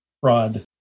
fraud